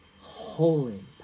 Holy